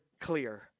clear